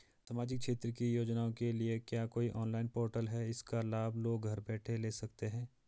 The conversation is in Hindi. सामाजिक क्षेत्र की योजनाओं के लिए क्या कोई ऑनलाइन पोर्टल है इसका लाभ लोग घर बैठे ले सकते हैं?